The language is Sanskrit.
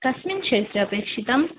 कस्मिन् क्षेत्रे अपेक्षितम्